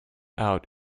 out